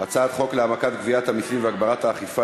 הצעת חוק להעמקת גביית המסים והגברת האכיפה